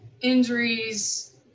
injuries